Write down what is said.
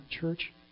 church